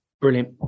brilliant